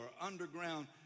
underground